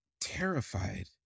terrified